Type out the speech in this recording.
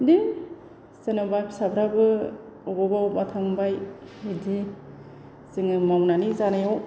बिदिनो जेन'बा फिसाफ्राबो अबावबा अबावबा थांबाय बिदि जोंङो मावनानै जानायाव